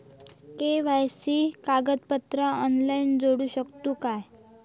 KYC कागदपत्रा online जोडू शकतू का?